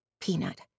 Peanut